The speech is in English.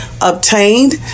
obtained